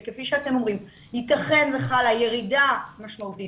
שכפי שאתם אומרים ייתכן וחלה ירידה משמעותית